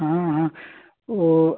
हाँ हाँ वो